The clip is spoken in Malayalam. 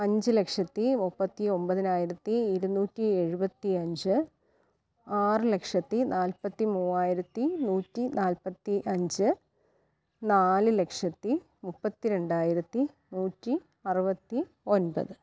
അഞ്ച് ലക്ഷത്തി മുപ്പത്തി ഒൻപതിനായിരത്തി ഇരുന്നൂറ്റി എഴുപത്തി അഞ്ച് ആറ് ലക്ഷത്തി നാൽപ്പത്തി മൂവായിരത്തി നൂറ്റി നാൽപ്പത്തി അഞ്ച് നാല് ലക്ഷത്തി മുപ്പത്തി രണ്ടായിരത്തി നൂറ്റി അറുവത്തി ഒൻപത്